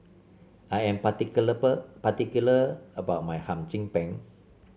I'm particular about my Hum Chim Peng